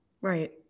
Right